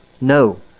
No